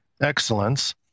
excellence